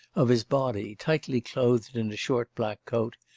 of his body, tightly clothed in a short black coat,